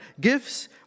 Gifts